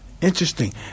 Interesting